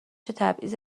تبعیض